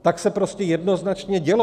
Tak se prostě jednoznačně dělo.